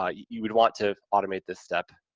ah you you would want to automate this step,